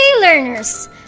learners